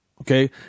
okay